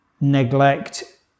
neglect